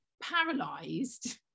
paralyzed